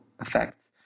effects